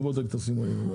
לא בודק את הסימונים...